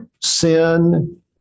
sin